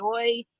enjoy